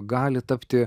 gali tapti